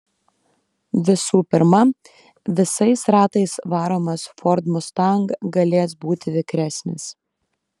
visų pirma visais ratais varomas ford mustang galės būti vikresnis